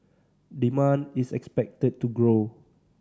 demand is expected to grow